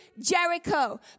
Jericho